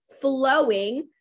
flowing